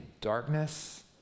darkness